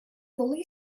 fully